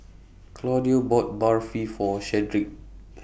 Claudio bought Barfi For Shedrick